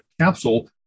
capsule